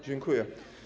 Dziękuję.